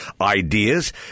ideas